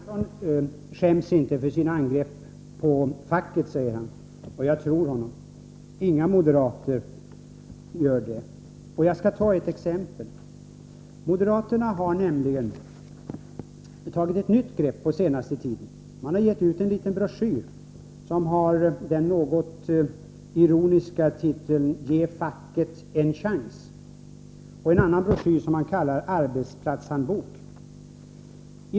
Herr talman! Sten Andersson i Malmö skäms inte för sina angrepp på facket, säger han. Jag tror honom. Inga moderater gör det. Jag skall belysa detta med ett exempel. Moderaterna har tagit ett nytt grepp den senaste tiden. De har givit ut en liten broschyr som har den något ironiska titeln Ge facket en chans!. De har också givit ut en annan broschyr, som de kallar Arbetsplatshandbok.